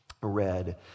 read